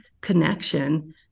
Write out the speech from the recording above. connection